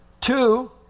Two